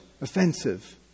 offensive